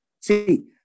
See